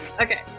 Okay